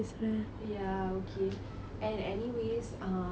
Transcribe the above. ya okay and anyways um